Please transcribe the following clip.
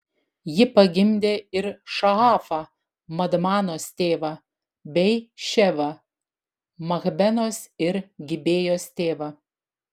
ji pagimdė ir šaafą madmanos tėvą bei ševą machbenos ir gibėjos tėvą